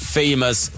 famous